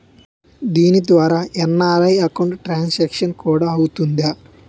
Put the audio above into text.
దీని ద్వారా NRI account transaction కూడా అవుతుందా?